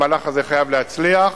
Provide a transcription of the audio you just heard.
והמהלך הזה חייב להצליח.